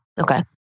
Okay